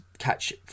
Catch